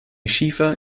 schiefer